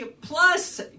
plus